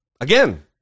again